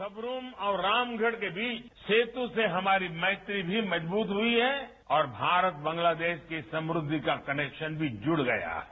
सबरूम और रामगढ़ के बीच सेतु से हमारी मैत्री भी मजबूत हुई है और भारत बांग्लादेश की समृद्धि का कनेक्शन भी जुड़ गया है